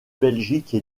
belgique